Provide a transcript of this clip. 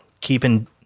keeping